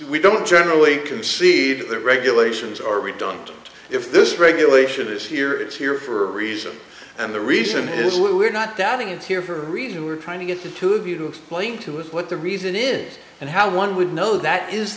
we don't generally concede that regulations are redundant if this regulation is here it's here for a reason and the reason is we're not doubting it's here for a reason we're trying to get the two of you to explain to us what the reason is and how one would know that is